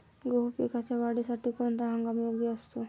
गहू पिकाच्या वाढीसाठी कोणता हंगाम योग्य असतो?